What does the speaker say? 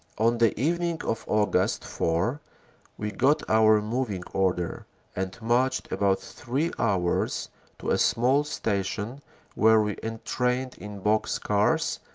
on the evening of aug. four we got our moving order and marched about threa hours to a small station where we en trained in box cars,